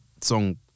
Song